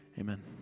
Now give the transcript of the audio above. amen